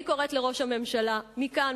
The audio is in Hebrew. אני קוראת לראש הממשלה מכאן,